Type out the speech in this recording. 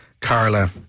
Carla